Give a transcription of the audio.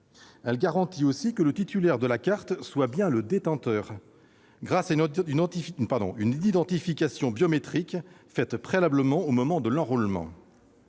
elle garantit que le titulaire de la carte en est bien le détenteur, grâce à une identification biométrique réalisée préalablement, au moment de l'enrôlement.